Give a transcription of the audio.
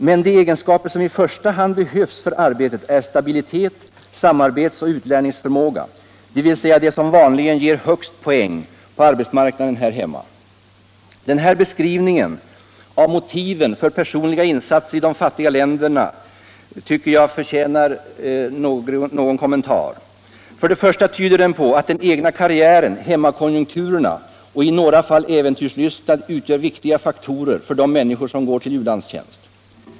Men de egenskaper som i första hand behövs för arbetet är stabilitet, samarbets och utlärningsförmåga, dvs. det som vanligen ger högst poäng på arbetsmarknaden här hemma.” Denna beskrivning av motiven för personliga insatser i de fattiga länderna förtjänar minst två kommentarer. För det första tyder den på att den egna karriären, hemmakonjunkturerna och i några fall äventyrslystnad utgör viktiga faktorer för de människor som går till u-landstjänst.